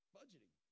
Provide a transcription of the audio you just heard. budgeting